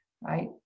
right